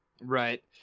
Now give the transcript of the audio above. right